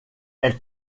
elle